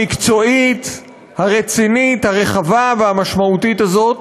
המקצועית, הרצינית, הרחבה והמשמעותית הזאת